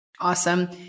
Awesome